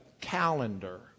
calendar